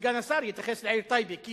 שסגן השר יתייחס לעיר טייבה, כי